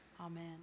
amen